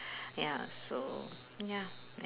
ya so ya